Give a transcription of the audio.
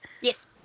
Yes